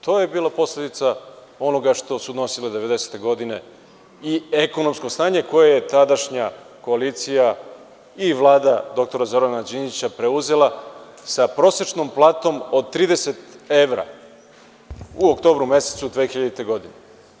To je bilo posledica onoga što su nosile 90-te godine i ekonomsko stanje koje je tadašnja koalicija i Vlada dr Zorana Đinđića preuzela sa prosečnom platom od 30 evra, u oktobru mesecu 2000-te godine.